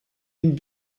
den